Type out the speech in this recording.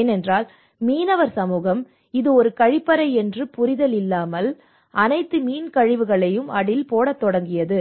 ஏனென்றால் மீனவர் சமூகம் இது ஒரு கழிப்பறை என்று புரியவில்லை மற்றும் அனைத்து மீன் கழிவுகளையும் அதில் போடத் தொடங்கியது